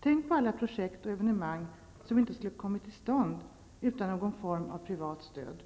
Tänk på alla projekt och evenemang som inte skulle ha kommit till stånd utan någon form av privat stöd.